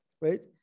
right